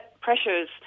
pressures